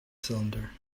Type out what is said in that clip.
cylinder